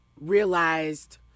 realized